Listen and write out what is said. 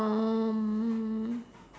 um